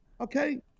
Okay